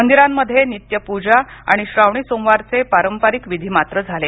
मंदिरांमध्ये नित्यपूजा आणि श्रावणी सोमवारचे पारंपरिक विधि मात्र झाले